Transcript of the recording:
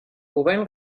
govern